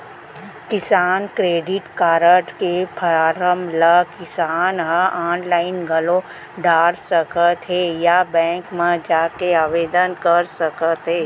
किसान credit card के form ल किसान ह आनलाइन घलौ डार सकत हें या बेंक म जाके आवेदन कर सकत हे